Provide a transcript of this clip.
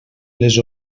les